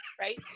right